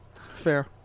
Fair